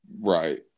Right